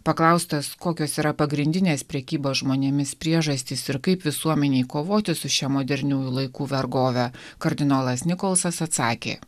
paklaustas kokios yra pagrindinės prekybos žmonėmis priežastys ir kaip visuomenei kovoti su šia moderniųjų laikų vergove kardinolas nikolsonas atsakė